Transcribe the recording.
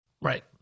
Right